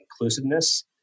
inclusiveness